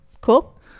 Cool